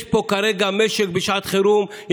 יש פה כרגע משק בשעת חירום,